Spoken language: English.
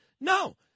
no